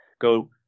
go